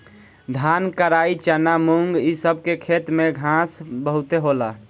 धान, कराई, चना, मुंग इ सब के खेत में घास बहुते होला